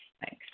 Thanks